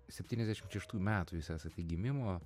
septyniasdešimt šeštų metų jūs esate gimimo